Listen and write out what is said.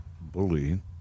bully